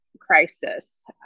crisis